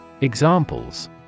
Examples